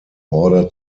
order